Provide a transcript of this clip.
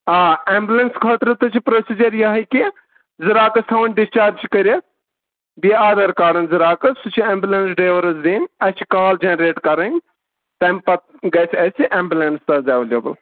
آ اٮ۪مبُلٮ۪نٕس خٲطرٕ تہِ چھِ پرٛوسیٖجَر یِہوٚے کہِ زِراکَس تھاوٕنۍ ڈِسچارج کٔرِتھ بیٚیہِ آدھار کاڈَن زِراکٕس سُہ چھِ اٮ۪مبُلٮ۪نٕس ڈرٛیورَس دِنۍ اَسہِ چھِ کال جَنریٹ کَرٕنۍ تَمہِ پَتہٕ گژھِ اَسہِ اٮ۪مبُولٮ۪نٕس تہِ حظ اٮ۪ویلیبٕل